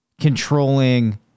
controlling